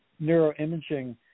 neuroimaging